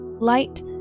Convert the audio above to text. Light